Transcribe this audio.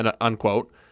unquote